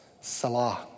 Salah